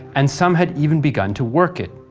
and some had even begun to work it.